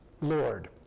Lord